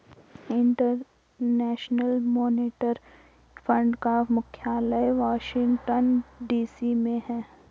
international monetary fund का मुख्यालय Washington DC में है